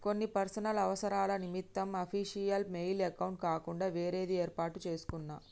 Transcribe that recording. కొన్ని పర్సనల్ అవసరాల నిమిత్తం అఫీషియల్ మెయిల్ అకౌంట్ కాకుండా వేరేది యేర్పాటు చేసుకున్నా